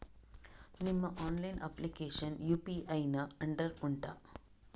ನಿಮ್ಮ online application UPI ನ under ಉಂಟಾ